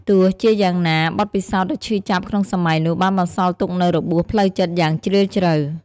ទោះជាយ៉ាងណា បទពិសោធន៍ដ៏ឈឺចាប់ក្នុងសម័យនោះបានបន្សល់ទុកនូវរបួសផ្លូវចិត្តយ៉ាងជ្រាលជ្រៅ។